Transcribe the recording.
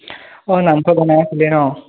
অঁ নামঘৰ বনাই আছিলে ন